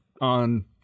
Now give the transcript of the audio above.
on